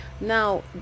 Now